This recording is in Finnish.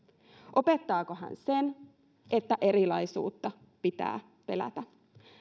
opettaako hän sen että erilaisuutta pitää pelätä